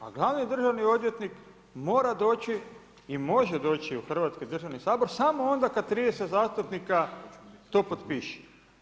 A glavni državni odvjetnik mora doći i može doći u Hrvatski sabor samo onda kad 30 zastupnika to potpiše.